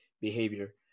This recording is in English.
behavior